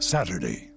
Saturday